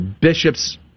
bishops